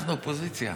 אנחנו אופוזיציה.